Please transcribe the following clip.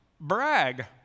brag